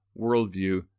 worldview